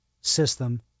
system